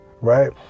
right